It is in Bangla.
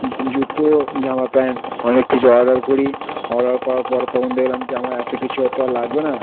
জুতো জামা প্যান্ট অনেক কিছু অর্ডার করি অর্ডার করার পর তখন দেখলাম যে আমার এতো কিছু তো আর লাগবে না